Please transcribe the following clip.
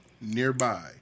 Nearby